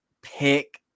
pick